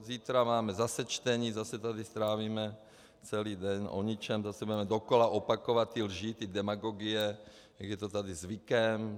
Zítra máme zase čtení, zase tady strávíme celý den o ničem, zase budeme dokola opakovat ty lži, ty demagogie, jak je to tady zvykem.